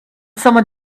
someone